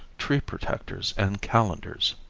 tree protectors and calendars.